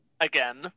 again